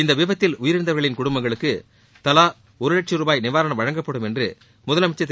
இந்த விபத்தில் உயிரிழந்தவர்களின் குடும்பங்களுக்கு தவா ஒரு லட்சும் ரூபாய் நிவாரணம் வழங்கப்படும் என்று முதலமைச்சர் திரு